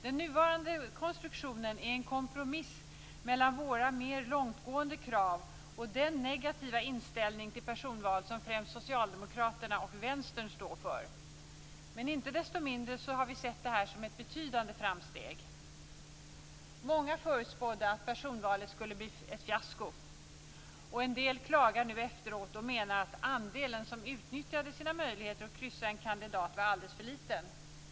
Den nuvarande konstruktionen är en kompromiss mellan våra mera långtgående krav och den negativa inställning till personval som främst Socialdemokraterna och Vänstern står för. Men inte desto mindre har vi sett detta som ett betydande framsteg. Många förutspådde att personvalet skulle bli ett fiasko. En del klagar nu efteråt och menar att andelen som utnyttjade sina möjligheter att kryssa för en kandidat var alldeles för liten.